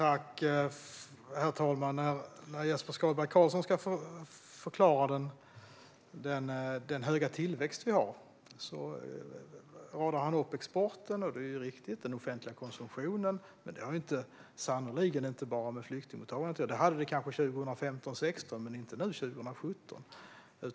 Herr talman! När Jesper Skalberg Karlsson ska förklara den starka tillväxt vi har radar han upp exporten, och det är ju riktigt. Han nämner den offentliga konsumtionen, men den har sannerligen inte bara med flyktingmottagandet att göra. Så var det kanske 2015-2016, men inte nu, 2017.